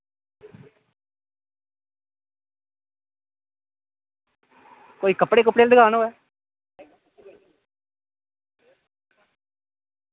एह् कोई कपड़े दी दुकान ऐ